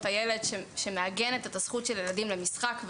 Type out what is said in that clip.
הילד שמעגנת את זכויות הילדים למשחק,